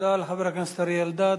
תודה לחבר הכנסת אריה אלדד.